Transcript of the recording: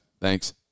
Thanks